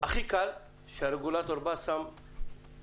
הכי קל שהרגולטור בא ושם צו